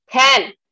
Ten